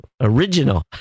original